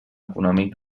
econòmic